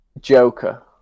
Joker